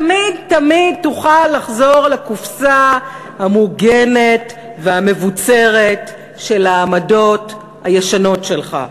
תמיד תמיד תוכל לחזור לקופסה המוגנת והמבוצרת של העמדות הישנות שלך.